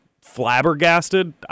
flabbergasted